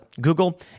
Google